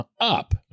up